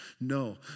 No